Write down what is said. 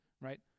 right